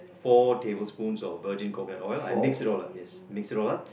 four tablespoons of virgin coconut oil and I mix it all up yes mix it all up